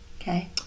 Okay